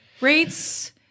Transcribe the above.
rates